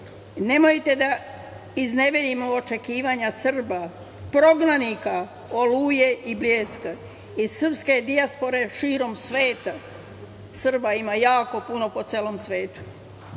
Nemojte da izneverimo očekivanja Srba, prognanika „Oluje“ i „Bljeska“ i srpske dijaspore širom sveta. Srba ima jako puno po celom svetu,